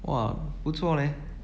!wah! 不错 leh